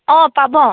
অঁ পাব